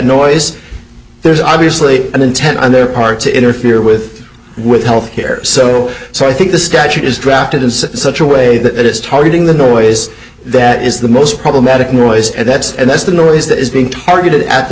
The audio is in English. noise there's obviously an intent on their part to interfere with with health care so i think the statute is drafted is such a way that it is targeting the noise that is the most problematic noise and that's and that's the noise that is being targeted at the